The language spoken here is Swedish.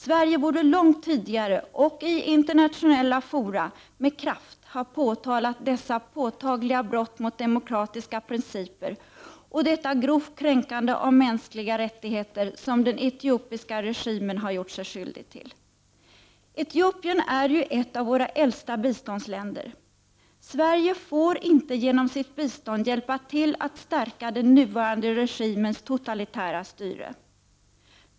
Sverige borde långt tidigare, och i internationella fora, med kraft ha påtalat dessa påtagliga brott mot demokratiska principer och detta grova kränkande av mänskliga rättigheter som den etiopiska regimen har gjort sig skyldig till. Etiopien är ju ett av våra äldsta biståndsländer. Sverige får inte genom sitt bistånd hjälpa till att stärka den nuvarande regimens totalitära styre.